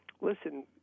listen